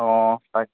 অঁ তাক